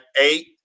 eight